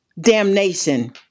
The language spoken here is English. damnation